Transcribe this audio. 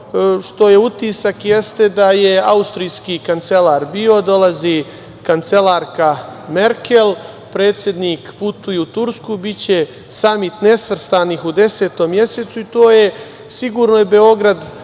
što je utisak, jeste da je austrijski kancelar bio, dolazi kancelarka Merkel, predsednik putuje u Tursku, biće samit nesvrstanih u desetom mesecu i sigurno je Beograd